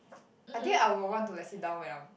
I think I would want to like sit down when I'm